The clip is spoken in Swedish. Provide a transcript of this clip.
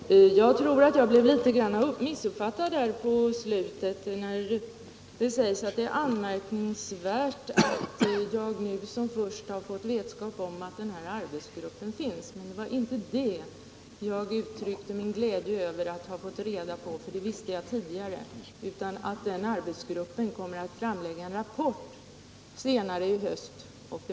Herr talman! Jag tror att Hans Alsén något missuppfattade mig när han sade att det var anmärkningsvärt att jag först genom utskottsbetänkandet fick vetskap om att denna arbetsgrupp fanns. Det var inte det jag uttryckte min glädje över att ha fått reda på, för det visste jag tidigare, utan det var att arbetsgruppen kommer att framlägga en rapport senare i höst.